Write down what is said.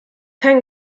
kein